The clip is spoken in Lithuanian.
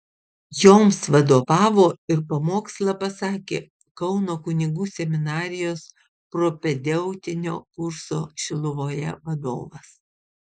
joms vadovavo ir pamokslą pasakė kauno kunigų seminarijos propedeutinio kurso šiluvoje vadovas